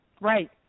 Right